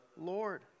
Lord